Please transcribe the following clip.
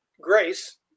Grace